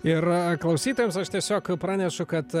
ir klausytojams aš tiesiog pranešu kad